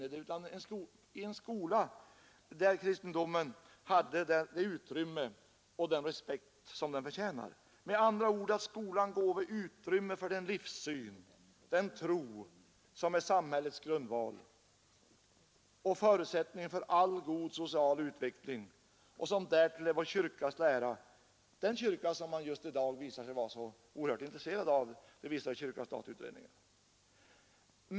Jag vill i stället ha en skola där kristendomen hade fått det utrymme och rönte den respekt som den förtjänar. Jag önskar med andra ord att skolan gåve utrymme för den livssyn, den tro som är samhällets grundval och förutsättningen för all god social utveckling och som därtill är vår kyrkas lära — den kyrka som man just i dag är så oerhört intresserad av — det visar kyrka—statutredningen.